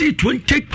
twenty